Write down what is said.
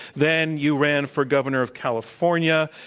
then you ran for governor of california.